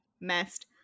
messed